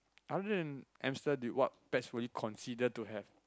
other than hamster did what pets would you consider to have